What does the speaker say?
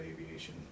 aviation